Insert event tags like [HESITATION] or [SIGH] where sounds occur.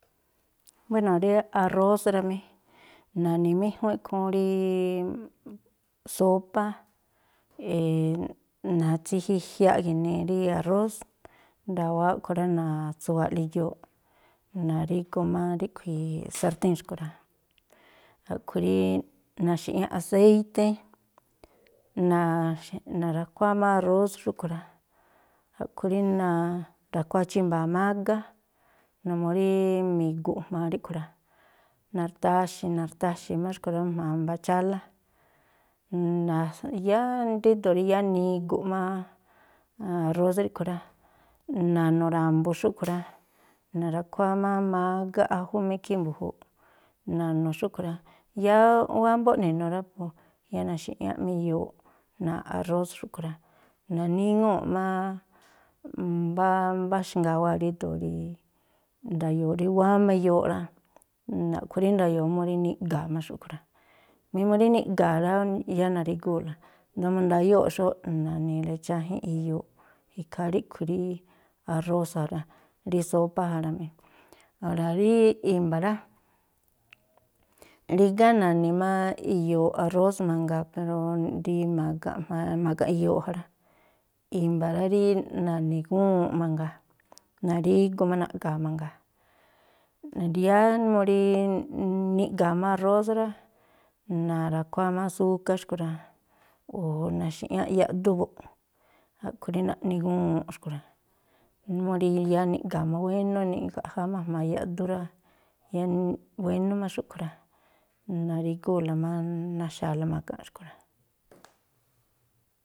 Buéno̱ rí arrós rá mí. Na̱ni̱méjúnꞌ ikhúún rí sópá, [HESITATION] na̱tsijijiaꞌ gi̱nii rí arrós, ndawáá a̱ꞌkhui̱ rá, na̱tsuwa̱a̱ꞌla iyooꞌ, na̱rigu má ríꞌkhui̱ sartíi̱n xkui̱ rá. A̱ꞌkhui̱ rí na̱xi̱ꞌñáꞌ aséíté [HESITATION] na̱ra̱khuáá má arrós xúꞌkhui̱ rá. A̱ꞌkhui̱ rí na̱ra̱khuáá chímba̱a̱ mágá, numuu rí mi̱gu̱ꞌ jma̱a ríꞌkhui̱ rá, na̱rtaxi̱ na̱rtaxi̱ má xkui̱ rá, jma̱a mbá chálá. [HESITATION] yáá ríndo̱o rí yáá nigu̱ꞌ má [HESITATION] arrós ríꞌkhui̱ rá, na̱nu̱ ra̱mbu̱ xúꞌkhui̱ rá, na̱ra̱khuáá má mágá, ájú má ikhí mbu̱júúꞌ, na̱nu̱ xúꞌkhui̱ rá. Yáá wámbó ne̱nu̱ rá, po yáá na̱xi̱ꞌñáꞌ má iyooꞌ náa̱ꞌ arrós xúꞌkhui̱ rá. Na̱níŋúꞌ má mbá mbaxngaa wáa̱ rído̱o̱ rí nda̱yo̱o̱ rí wáma iyooꞌ rá. [HESITATION] a̱ꞌkhui̱ rí nda̱yo̱o̱ mú rí niꞌga̱a̱ má xúꞌkhui̱ rá. Mí mu rí niꞌga̱a̱ rá, yáá na̱rígúu̱la, i̱ndóó mú ndayóo̱ꞌ xóóꞌ, na̱ni̱i̱la i̱chájínꞌ iyooꞌ. Ikhaa ríꞌkhui̱ rí arrós ja rá. rí sópá ja rá mí. O̱ra̱ rí i̱mba̱ rá, rígá na̱ni̱ má iyooꞌ arrós mangaa, pero rí ma̱ga̱nꞌ jma̱a ma̱ga̱nꞌ iyooꞌ ja rá. I̱mba̱ rá, rí na̱ni̱ gúwuunꞌ mangaa, na̱rígu má naꞌga̱a̱ mangaa, yáá mú rí niꞌga̱a̱ má arrós rá, na̱ra̱khuáá má súká xkui̱ rá, o̱ na̱xi̱ꞌñáꞌ yaꞌdú buꞌ, a̱khui̱ rí naꞌni gúwuunꞌ xkui̱ rá. Mú rí yáá niꞌga̱a̱ má wénú, nigaꞌjá má jma̱a yaꞌdú rá, yáá wénú má xúꞌkhui̱ rá. Na̱rígúu̱la má naxa̱a̱la ma̱ga̱nꞌ xkui̱ rá.